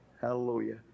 Hallelujah